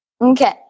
Okay